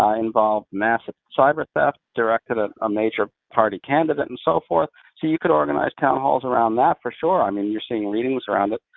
involve massive cyber-theft directed at a major party candidate, and so forth, so you could organize town halls around that for sure. i mean, you're seeing readings around that.